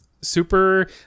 super